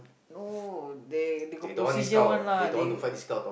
oh they got procedures one lah